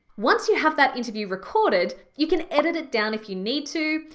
once you have that interview recorded, you can edit it down if you need to,